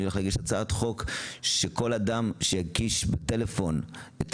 אני הולך להגיש הצעת חוק שכל אדם שיקיש בטלפון את